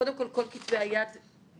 קודם כל כל כתבי היד מצולמים,